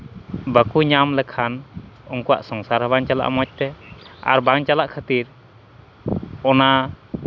ᱵᱟᱠᱚ ᱧᱟᱢ ᱞᱮᱠᱷᱟᱱ ᱩᱱᱠᱩᱣᱟᱜ ᱥᱚᱝᱥᱟᱨ ᱦᱚᱸ ᱵᱟᱝ ᱪᱟᱞᱟᱜᱼᱟ ᱢᱚᱡᱽᱛᱮ ᱟᱨ ᱵᱟᱝ ᱪᱟᱞᱟᱜ ᱠᱷᱟᱹᱛᱤᱨ ᱚᱱᱟ